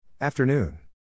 Afternoon